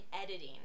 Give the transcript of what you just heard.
editing